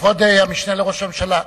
כבוד המשנה לראש הממשלה,